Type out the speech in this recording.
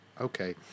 Okay